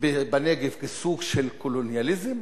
בנגב כסוג של קולוניאליזם,